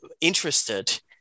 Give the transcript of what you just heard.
interested